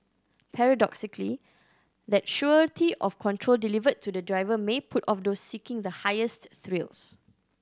paradoxically that surety of control delivered to the driver may put off those seeking the highest thrills